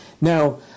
Now